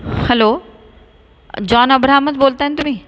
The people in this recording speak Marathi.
हलो जॉन अब्राहमच बोलताय ना तुम्ही